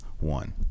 one